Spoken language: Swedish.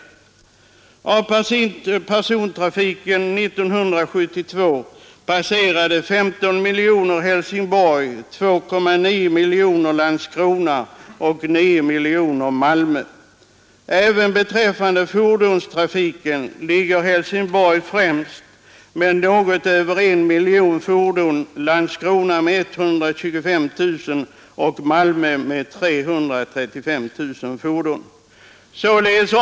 Av persontrafiken år 1972 passerade 15 miljoner Helsingborg, 2,9 miljoner Landskrona och 9 miljoner Malmö. Även beträffande fordonstrafiken ligger Helsingborg främst med något över 1 miljon fordon, Landskrona med 125 000 fordon och Malmö med 355 000 fordon.